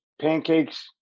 pancakes